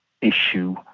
issue